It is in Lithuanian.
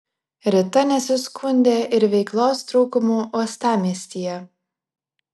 rita nesiskundė ir veiklos trūkumu uostamiestyje